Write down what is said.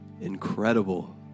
incredible